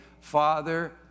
Father